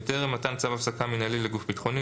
(ז) בטרם מתן צו הפסקה מינהלי לגוף ביטחוני,